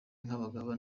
nk’umugabo